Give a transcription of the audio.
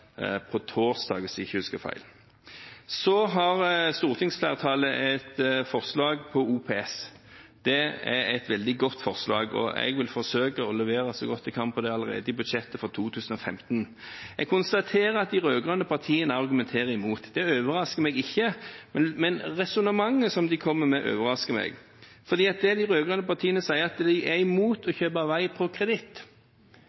på torsdag – hvis jeg ikke husker feil. Så har stortingsflertallet et forslag på OPS. Det er et veldig godt forslag, og jeg vil forsøke å levere så godt jeg kan på det allerede i budsjettet for 2015. Jeg konstaterer at de rød-grønne partiene argumenterer imot. Det overrasker meg ikke, men resonnementet de kommer med, overrasker meg. De rød-grønne partiene sier at de er imot å